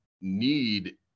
need